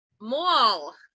Mall